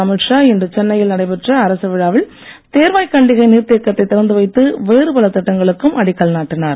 அமித் ஷா இன்று சென்னையில் நடைபெற்ற அரசு விழாவில் தேர்வாய்கண்டிகை நீர்த் தேக்கத்தைத் திறந்துவைத்து வேறுபல திட்டங்களுக்கும் அடிக்கல் நாட்டினார்